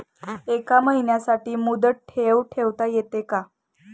एका महिन्यासाठी मुदत ठेव ठेवता येते का?